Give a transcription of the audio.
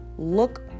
look